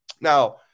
Now